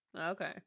Okay